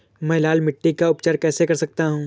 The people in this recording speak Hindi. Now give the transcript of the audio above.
मैं लाल मिट्टी का उपचार कैसे कर सकता हूँ?